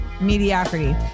mediocrity